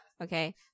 okay